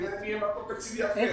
יהיה מקור תקציבי אחר.